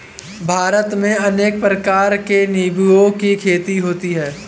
भारत में अनेक प्रकार के निंबुओं की खेती होती है